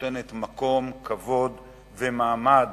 שנותנת מקום, כבוד ומעמד